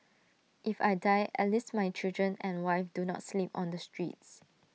if I die at least my children and wife do not sleep on the streets